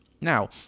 now